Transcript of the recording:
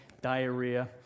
diarrhea